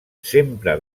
sempre